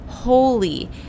holy